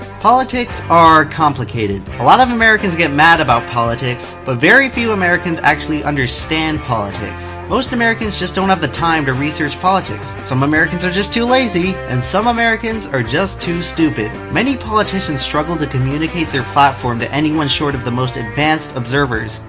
politics are complicated. a lot of americans get mad about politics, but very few americans actually understand politics. most americans just don't have the time to research politics. some americans are just too lazy, and some americans are just too stupid. many politicians struggle to communicate their platform to anyone, short of the most advanced observers,